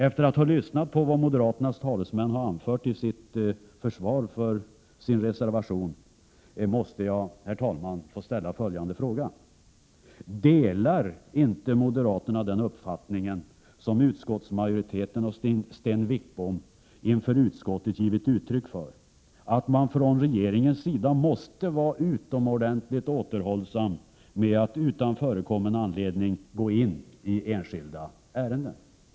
Efter att ha Berglingfallet lyssnat på vad moderaternas talesman här har anfört till försvar för den moderata reservationen måste jag, herr talman, få ställa följande fråga: Delar inte moderaterna den uppfattning som utskottsmajoriteten och Sten Wickbom inför utskottet har givit uttryck för, nämligen att man från regeringens sida måste vara utomordentligt återhållsam med att utan förekommen anledning gå in i enskilda ärenden?